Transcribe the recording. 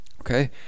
okay